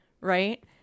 right